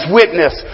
witness